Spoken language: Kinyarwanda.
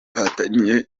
ahataniye